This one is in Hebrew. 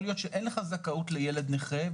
יכול להיות שאין לך זכאות לילד נכה,